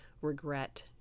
regret